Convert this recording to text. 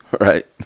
Right